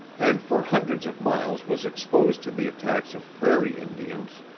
and for hundreds of miles was exposed to the attacks of prairie indians,